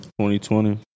2020